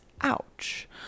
ouch